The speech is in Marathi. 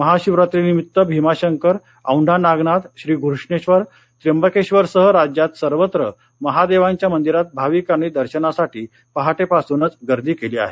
महाशिवरात्रीनिमित्त भिमाशंकर औंढा नागनाथ श्री घृष्णेश्वर त्र्यंबकेश्वर सह राज्यात सर्वत्र महादेवांच्या मंदिरात भाविकांनी दर्शनासाठी पहाटेपासूनच गर्दी केली आहे